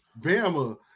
Bama